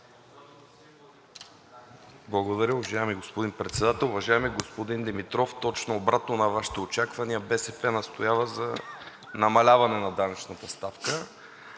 Благодаря. Уважаеми господин Председател! Уважаеми господин Димитров, точно обратно на Вашите очаквания, БСП настоява за намаляване на данъчната ставка.